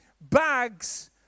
bags